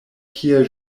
kiel